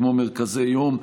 כמו מרכזי יום,